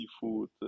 seafood